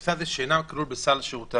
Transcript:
בנושא שאינם כלול בסל שירותי